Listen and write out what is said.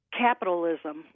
capitalism